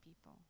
people